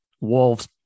Wolves